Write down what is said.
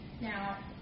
Now